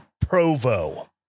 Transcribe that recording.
Provo